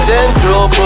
Central